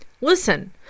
Listen